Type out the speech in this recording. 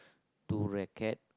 two racket